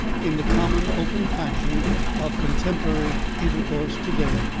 in the common, open fashion of contemporary intercourse to-day,